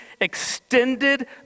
extended